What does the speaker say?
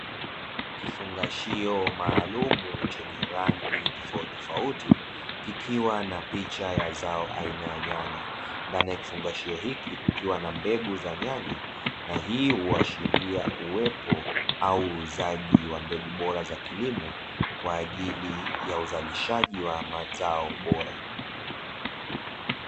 Kifungashio maalum chenye rangi tofauti tofauti kikiwa na picha ya zao aina ya nyanya ndani ya kifungashio hiki kukiwa na mbegu za nyanya na hii huashiria uwepo au uuzaji wa mbegu bora za kilimo kwa ajili ya uzalishaji wa mazao bora.